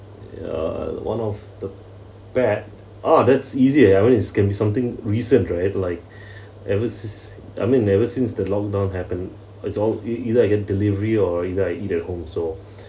ya one of the bad ah that's easier ya when it's can be something recent right like ever s~ I mean ever since the lockdown happened it's all e~ either I get delivery or either I eat at home so